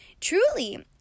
Truly